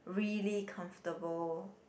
really comfortable